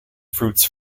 fruits